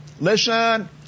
Listen